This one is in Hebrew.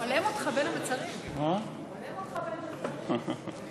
נדבר על זה במרס 2019. 2019 באמת, אבל